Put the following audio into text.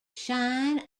shine